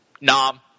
Nom